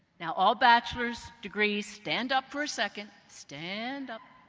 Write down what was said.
now all bachelor's degrees stand up for a second. stand up.